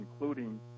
including